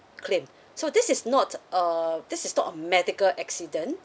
claim so this is not uh this is not a medical accident